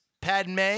Padme